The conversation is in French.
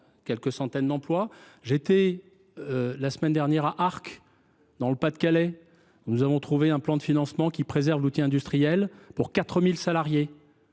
quelques centaines d’emplois. La semaine dernière, j’étais à Arques, dans le Pas de Calais. Nous avons trouvé un plan de financement qui préserve l’outil industriel pour 4 000 salariés.